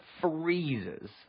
freezes